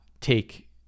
take